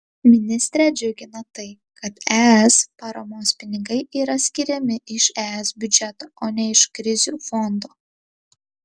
ministrę džiugina tai kad es paramos pinigai yra skiriami iš es biudžeto o ne iš krizių fondo